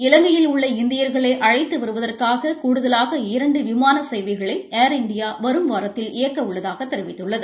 இலங்கையில் உள்ள இந்தியர்களை அழைத்து வருவதற்காக கூடுதலாக இரண்டு விமான சேவைகளை ஏர் இண்டியா வரும் வாரத்தில் இயக்க உள்ளதாக தெரிவித்துள்ளது